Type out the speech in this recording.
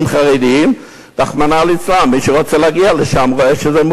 ימין ושמאל, לשמור על מדינת ישראל כמדינה יהודית